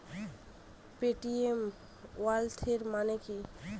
Paytm wallet মানে কি?